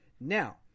Now